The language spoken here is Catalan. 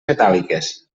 metàl·liques